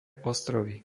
ostrovy